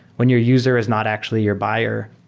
when your user is not actually your buyer,